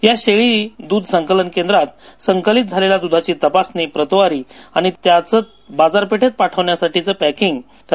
या शेळी दूध संकलन केंद्रात संकलित झालेल्या दधाची तपासणी प्रतवारी आणि त्याचं बाजारपेठेत पाठवण्यासाठी पॅकिंग इथल्या महिलाच करतात